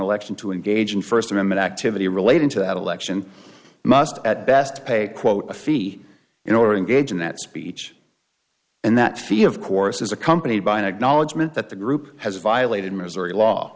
election to engage in first amendment activity relating to that election must at best pay quote a fee in order in gauging that speech and that fee of course is accompanied by an acknowledgement that the group has violated missouri law